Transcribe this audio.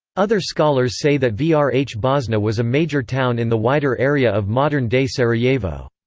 other scholars say that vrhbosna was a major town in the wider area of modern-day sarajevo.